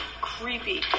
Creepy